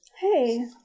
Hey